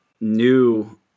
new